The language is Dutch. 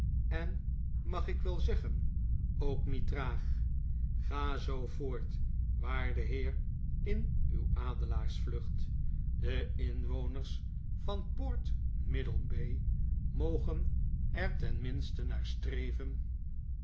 en mag ik wel zeggen ook niet traag ga zoo voort waarde heer in uw adelaars vlucht de inwoners van port middlebay mogen er tenminste naar streven